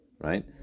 Right